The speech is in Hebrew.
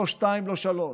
לא שתיים, לא שלוש,